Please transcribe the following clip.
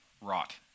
rot